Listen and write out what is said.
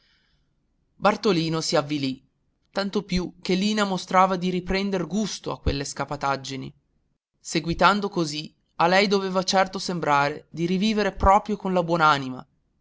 colori bartolino si avvilì tanto più che lina mostrava di riprender gusto a quelle scapataggini seguitando così a lei doveva certo sembrare di rivivere proprio con la